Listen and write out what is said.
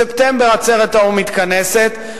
בספטמבר עצרת האו"ם מתכנסת,